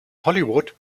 hollywood